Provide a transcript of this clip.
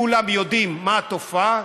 כולם יודעים על התופעה,